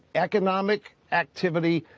economic activity,